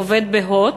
עובד ב"הוט",